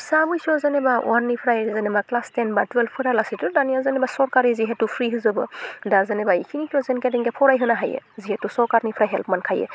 फिसा बैसोआव जेनेबा अवाननिफ्राय जेनेबा ख्लास टेनबा टुयेल्भफोरालासैथ' दानिया जेनेबा सरकारि जिहेतु फ्रि होजोबो दा जेनबा इखिनिखौ जेनखे थेनखे फरायहोनो हायो जिहेतु सरकारनिफ्राय हेल्प मोनखायो